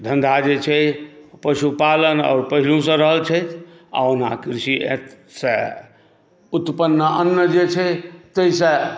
धन्धा जे छै पशुपालन आओर पहिनहुसँ रहल छथि ओहिमे कृषिसँ उत्पन्न अन्न जे छै ताहिसँ